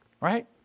Right